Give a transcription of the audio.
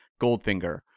Goldfinger